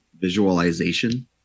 visualization